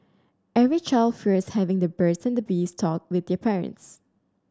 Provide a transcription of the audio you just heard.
every child fears having the birds and the bees talk with their parents